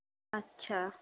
আচ্ছা